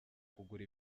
kugura